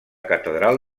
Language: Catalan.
catedral